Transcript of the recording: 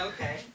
okay